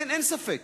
אין ספק.